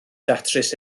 datrys